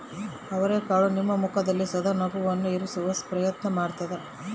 ಅವರೆಕಾಳು ನಿಮ್ಮ ಮುಖದಲ್ಲಿ ಸದಾ ನಗುವನ್ನು ಇರಿಸುವ ಪ್ರಯತ್ನ ಮಾಡ್ತಾದ